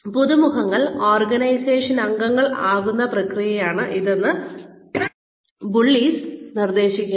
പുതുമുഖങ്ങൾ organisation അംഗങ്ങൾ ആകുന്ന പ്രക്രിയയാണ് ഇതെന്ന് ബുള്ളിസ് നിർദ്ദേശിക്കുന്നു